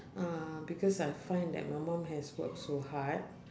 uh because I find that my mum has worked so hard